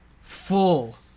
full